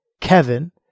Kevin